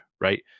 right